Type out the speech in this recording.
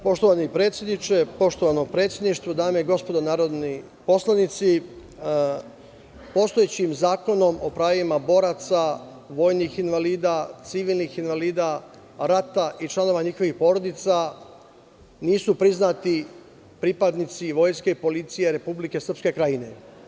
Poštovani predsedniče, poštovano predsedništvo, dame i gospodo narodni poslanici, postojećim Zakonom o pravima boraca, vojinih invalida, civilnih invalida rata i članova njihovih porodica nisu priznati pripadnici vojske i policije Republike Srpske Krajine.